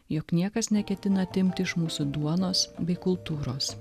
jog niekas neketina atimti iš mūsų duonos bei kultūros